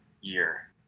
year